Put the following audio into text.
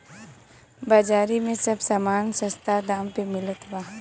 बाजारी में सब समान सस्ता दाम पे मिलत बा